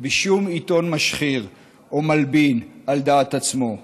בשום עיתון, משחיר או מלבין, על דעת עצמו.